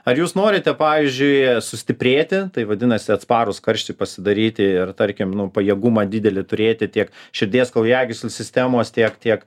ar jūs norite pavyzdžiui sustiprėti tai vadinasi atsparūs karščiui pasidaryti ir tarkim nu pajėgumą didelį turėti tiek širdies kraujagyslių sistemos tiek tiek